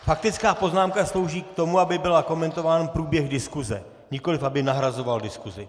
Faktická poznámka slouží k tomu, aby byl komentován průběh diskuse, nikoliv aby nahrazovala diskusi.